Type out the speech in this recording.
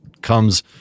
comes